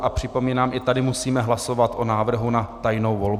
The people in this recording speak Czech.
A připomínám, i tady musíme hlasovat o návrhu na tajnou volbu.